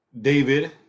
David